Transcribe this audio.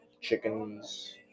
chickens